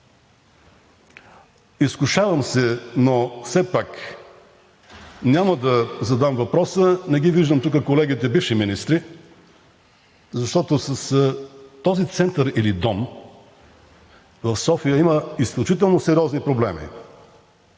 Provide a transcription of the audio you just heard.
Изкушавам се, но все пак няма да задам въпроса, не ги виждам тук колегите бивши министри, защото с този център или дом в София има изключително сериозни проблеми,